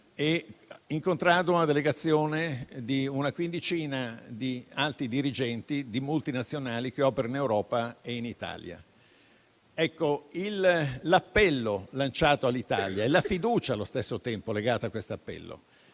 ho incontrato una delegazione di una quindicina di alti dirigenti di multinazionali che operano in Europa e in Italia. L'appello lanciato all'Italia - e la fiducia allo stesso tempo legata ad esso -